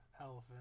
elephant